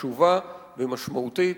חשובה ומשמעותית.